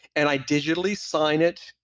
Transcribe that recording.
and i digitally sign it.